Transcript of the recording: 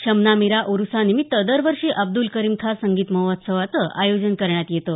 शमनामीरा उरुसानिमित्त दरवर्षी अब्दुल करीम खाँ संगीत महोत्सवाचं आयोजन करण्यात येतं